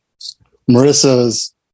Marissa's